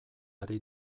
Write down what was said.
ari